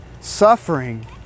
suffering